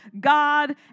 God